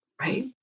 Right